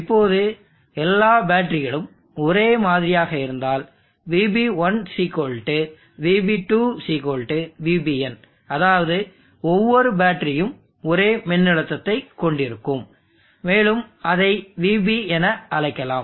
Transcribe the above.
இப்போது எல்லா பேட்டரிகளும் ஒரே மாதிரியாக இருந்தால் VB1 VB2 VBn அதாவது ஒவ்வொரு பேட்டரியும் ஒரே மின்னழுத்தத்தைக் கொண்டிருக்கும் மேலும் அதை VB என அழைக்கலாம்